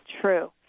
true